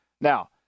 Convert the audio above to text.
Now